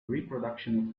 reproduction